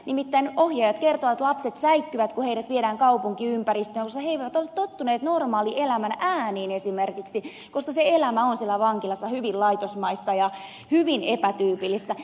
nimittäin ohjaajat kertovat että lapset säikkyvät kun heidät viedään kaupunkiympäristöön koska he eivät ole tottuneet normaalielämän ääniin esimerkiksi koska se elämä on siellä vankilassa hyvin laitosmaista ja hyvin epätyypillistä